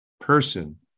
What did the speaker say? person